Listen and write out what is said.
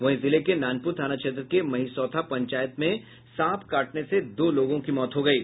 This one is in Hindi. वहीं जिले के नानपुर थाना क्षेत्र के महिसौथा पंचायत में सांप काटने से दो लोगों की मौत हो गयी